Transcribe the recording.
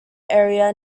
area